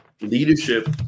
leadership